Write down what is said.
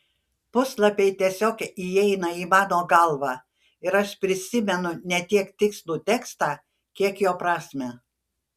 puslapiai tiesiog įeina į mano galvą ir aš prisimenu ne tiek tikslų tekstą kiek jo prasmę